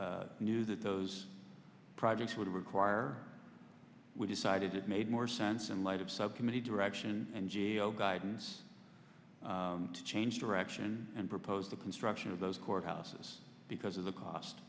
we knew that those projects would require we decided it made more sense in light of subcommittee direction and geo guidance to change direction and proposed the construction of those courthouses because of the cost